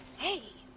hey!